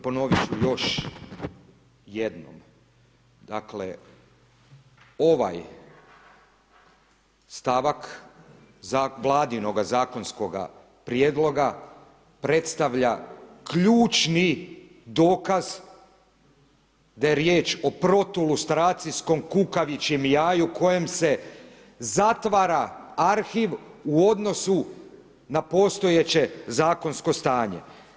Ponovit ću još jednom, dakle ovaj stavak Vladinoga zakonskoga prijedloga predstavlja ključni dokaz da je riječ o protulustracijskom kukavičjem jaju kojim se zatvara arhiv u odnosu na postojeće zakonsko stanje.